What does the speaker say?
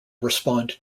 respond